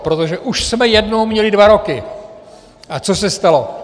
Protože už jsme jednou měli dva roky a co se stalo?